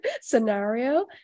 scenario